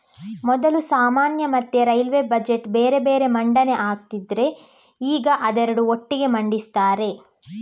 ಮೊದಲು ಸಾಮಾನ್ಯ ಮತ್ತೆ ರೈಲ್ವೇ ಬಜೆಟ್ ಬೇರೆ ಬೇರೆ ಮಂಡನೆ ಆಗ್ತಿದ್ರೆ ಈಗ ಅದೆರಡು ಒಟ್ಟಿಗೆ ಮಂಡಿಸ್ತಾರೆ